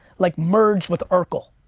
like merged with urkel.